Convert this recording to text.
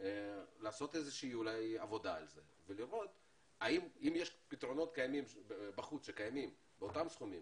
לעשות עבודה על זה ולראות אם יש פתרונות קיימים באותם סכומים,